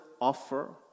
offer